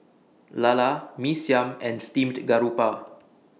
Lala Mee Siam and Steamed Garoupa